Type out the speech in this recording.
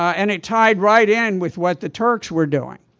and it tied right in with what the turks were doing.